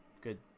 good